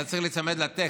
אתה צריך להיצמד לטקסט,